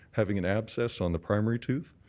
having an abscess on the primary tooth.